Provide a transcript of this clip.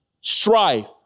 Strife